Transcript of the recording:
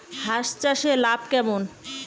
হাঁস চাষে লাভ কেমন?